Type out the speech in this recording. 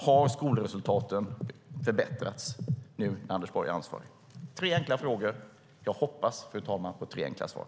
Har skolresultaten förbättrats nu när Anders Borg är ansvarig? Det är tre enkla frågor. Jag hoppas, fru talman, på tre enkla svar.